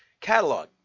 catalog